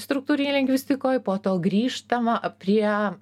struktūrinėj lingvistikoj po to grįžtama prie